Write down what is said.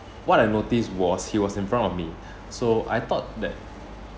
what I noticed was he was in front of me so I thought that